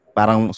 Parang